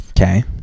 Okay